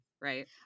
Right